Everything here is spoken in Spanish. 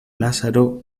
lázaro